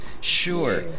sure